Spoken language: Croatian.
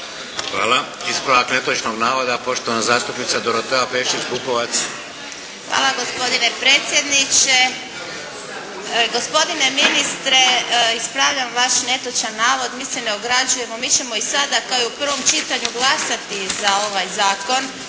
Hvala, ispravak netočnog navoda poštovana zastupnica Dorotea Pešić-Bukovac. **Pešić-Bukovac, Dorotea (IDS)** Hvala gospodine predsjedniče. Gospodine ministre, ispravljam vaš netočan navod. Mi se ne ograđujemo. Mi ćemo i sada kao i u prvom čitanju glasati za ovaj Zakon